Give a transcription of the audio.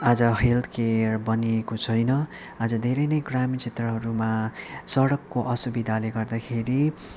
आज health care बनिएको छैन आज धेरै नै ग्रामिण क्षेत्रहरूमा सडकको असुविधाले गर्दाखेरि